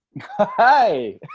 Hi